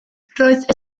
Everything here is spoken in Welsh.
roedd